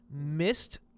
missed